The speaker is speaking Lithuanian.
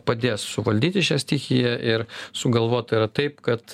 padės suvaldyti šią stichiją ir sugalvot yra taip kad